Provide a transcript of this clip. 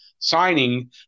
signing